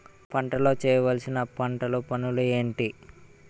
పంటలో చేయవలసిన పంటలు పనులు ఏంటి?